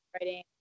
writing